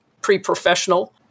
pre-professional